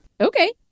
Okay